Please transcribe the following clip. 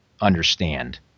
understand